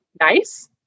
nice